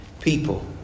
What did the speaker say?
people